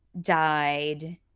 died